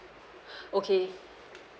okay